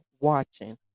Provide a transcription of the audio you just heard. watching